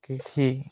কৃষি